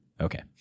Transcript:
Okay